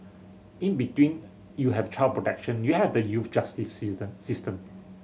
in between you have child protection you have the youth justice season system